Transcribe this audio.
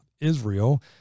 Israel